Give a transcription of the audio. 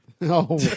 no